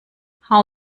how